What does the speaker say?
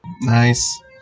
Nice